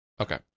Okay